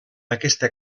aquesta